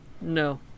No